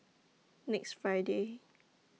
next Friday